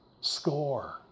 score